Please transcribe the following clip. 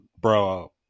bro